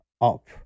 up